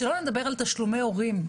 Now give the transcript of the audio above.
שלא נדבר על תשלומי הורים,